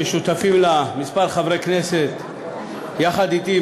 ששותפים לה כמה חברי כנסת יחד אתי,